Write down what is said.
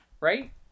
Right